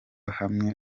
hamwe